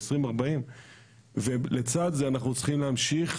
ל-2040 ולצד זה אנחנו צריכים להמשיך